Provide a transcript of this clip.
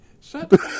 Shut